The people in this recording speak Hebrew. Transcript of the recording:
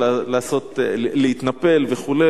להתנפל וכו'.